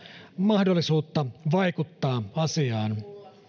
mahdollisuutta vaikuttaa asiaan